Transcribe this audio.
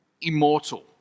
immortal